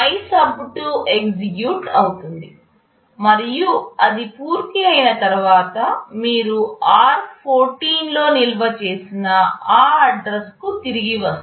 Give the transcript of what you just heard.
MYSUB2 execute అవుతుంది మరియు అది పూర్తయిన తర్వాత మీరు r14 లో నిల్వ చేసిన ఆ అడ్రస్కు తిరిగి వస్తుంది